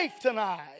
tonight